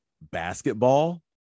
basketball